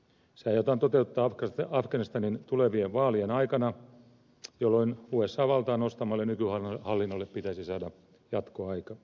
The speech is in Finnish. se aiotaan toteuttaa afganistanin tulevien vaalien aikana jolloin usan valtaan nostamalle nykyhallinnolle pitäisi saada jatkoaika